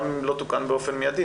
גם אם לא תוקן באופן מידי,